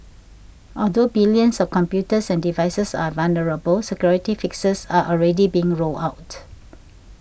although billions of computers and devices are vulnerable security fixes are already being rolled out